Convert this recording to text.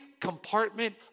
compartment